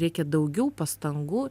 reikia daugiau pastangų